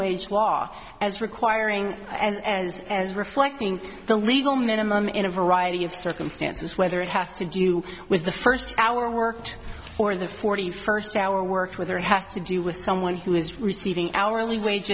wage law as requiring as as as reflecting the legal minimum in a variety of circumstances whether it has to do with the first hour worked or the forty first hour or worked with her have to do with someone who is receiving hourly wage